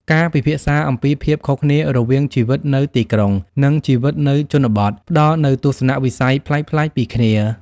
ការពិភាក្សាអំពីភាពខុសគ្នារវាងជីវិតនៅទីក្រុង និងជីវិតនៅជនបទ ផ្ដល់នូវទស្សនវិស័យប្លែកៗពីគ្នា។